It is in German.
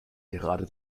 gerade